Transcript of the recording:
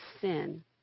sin